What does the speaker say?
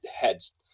heads